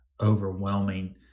overwhelming